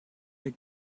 mir